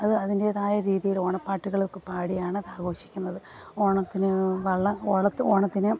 അത് അതിൻ്റേതായ രീതിയിൽ ഓണപ്പാട്ടുകളൊക്കെ പാടിയാണ് ആഘോഷിക്കുന്നത് ഓണത്തിന് വള്ളം ഓണത്തിന്